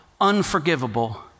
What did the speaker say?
unforgivable